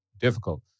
difficult